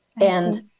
And-